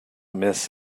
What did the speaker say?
miss